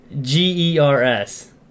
G-E-R-S